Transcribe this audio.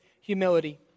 humility